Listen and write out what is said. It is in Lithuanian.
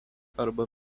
arba